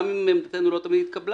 גם אם עמדתנו לא תמיד התקבלה,